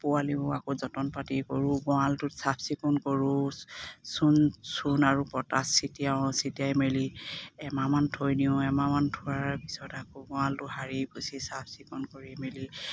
পোৱালীও আকৌ যতন পাতি কৰোঁ গঁৰালটো চাফ চিকুণ কৰোঁ চূণ চূণ আৰু পটাচ চিটিয়াও চিটিয়াই মেলি এমাহমান থৈ দিওঁ এমাহমান থোৱাৰ পিছত আকৌ গঁৰালটো সাৰি পুচি চাফ চিকুণ কৰি মেলি